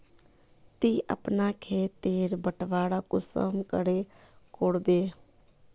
ती अपना खेत तेर बटवारा कुंसम करे करबो?